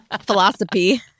Philosophy